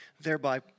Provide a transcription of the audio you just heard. thereby